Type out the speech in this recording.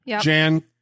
Jan